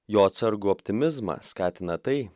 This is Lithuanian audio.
jo atsargų optimizmą skatina tai